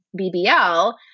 BBL